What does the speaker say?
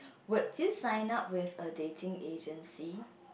would you sign up with a dating agency